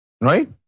right